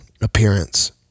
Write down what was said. appearance